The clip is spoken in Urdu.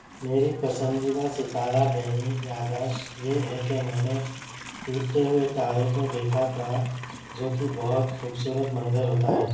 میری پسندیدہ ستارہ بینی یادداشت یہ ہے کہ میں نے ٹوٹتے ہوئے تارے کو دیکھا تھا جو کہ بہت خوب صورت منظر ہوتا ہے